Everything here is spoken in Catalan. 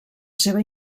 seva